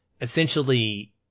essentially